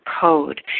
code